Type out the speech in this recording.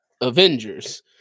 Avengers